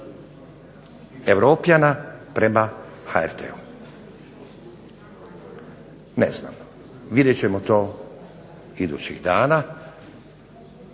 Europljana prema HRT-u. Ne znam. Vidjet ćemo to idućih dana.